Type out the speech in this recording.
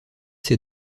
ses